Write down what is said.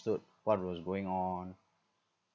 what was going on